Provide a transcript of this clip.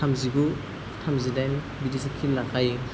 थामजिगु थामजिदाइन बिदिसो किल लाखायो